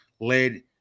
led